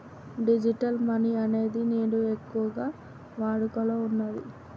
digital money అనేది నేడు ఎక్కువగా వాడుకలో ఉన్నది